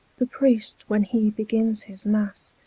the priest, when he begins his masse,